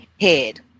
head